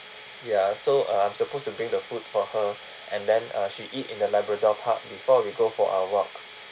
ya so I'm supposed to bring the food for her and then uh she eat in the labrador park before we go for our walk